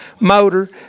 motor